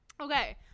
okay